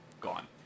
gone